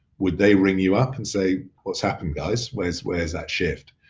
would they ring you up and say, what's happened, guys? where's where's that shift?